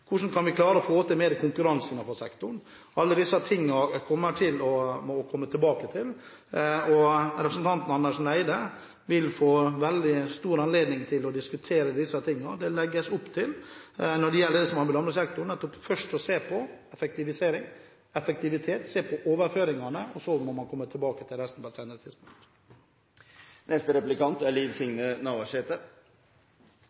Hvordan kan vi få til mer konkurranse innenfor sektoren? Alt dette må vi komme tilbake til, og representanten Andersen Eide vil få veldig god anledning til å diskutere disse sakene. Når det gjelder landbrukssektoren, legges det opp til først å se på effektivisering og overføringer, og så må man komme tilbake til resten på et senere tidspunkt. I det norske folket er